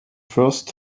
first